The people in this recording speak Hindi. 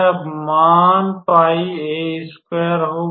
अब मान होगा